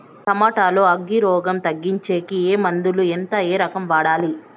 Tomato లో అగ్గి రోగం తగ్గించేకి ఏ మందులు? ఎంత? ఏ రకంగా వాడాలి?